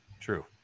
True